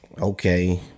okay